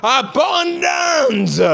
abundance